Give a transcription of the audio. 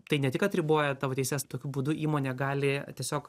tai ne tik kad riboja tavo teises tokiu būdu įmonė gali tiesiog